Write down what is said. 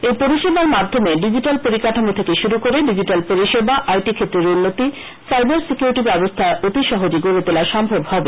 এই পরিষেবার মাধ্যমে ডিজিটাল পরিকাঠামো থেকে শুরু করে ডিজিটালপরিসেবা আই টি ক্ষেত্রের উন্নতি সাইবার সিকিউরিটি ব্যবস্থা অতি সহজে গড়ে তোলা সম্ভব হবে